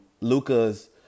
Lucas